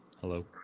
Hello